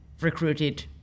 recruited